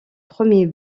premier